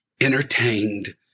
entertained